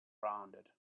rounded